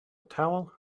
towel